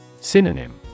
Synonym